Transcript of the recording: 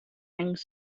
rings